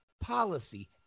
policy